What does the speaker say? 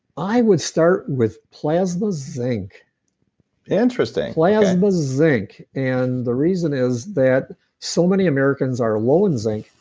i would start with plasma zinc interesting plasma zinc. and the reason is that so many americans are low in zinc.